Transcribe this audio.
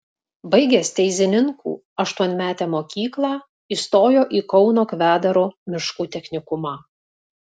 baigęs teizininkų aštuonmetę mokyklą įstojo į kauno kvedaro miškų technikumą